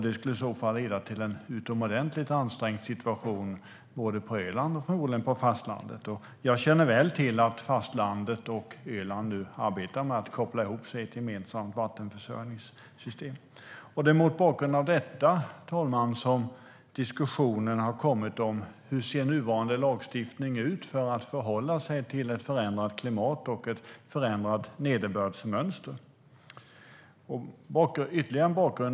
Det skulle i så fall leda till en utomordentligt ansträngd situation på Öland och förmodligen på fastlandet. STYLEREF Kantrubrik \* MERGEFORMAT Svar på interpellationerDet finns ytterligare en bakgrund.